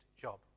job